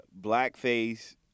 blackface